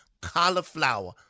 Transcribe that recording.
cauliflower